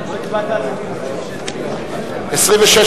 לא הצבעת על 26 ו-27.